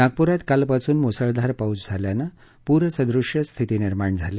नागपूरात कालपासून मुसळधार पाऊस झाल्यानं पूरसदृष्य स्थिती निर्माण झाली